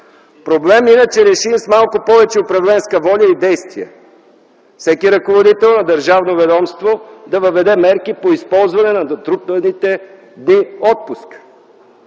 проблем иначе решим с малко повече управленска воля и действия – всеки ръководител на държавно ведомство да въведе мерки по използване на натрупаните дни отпуск.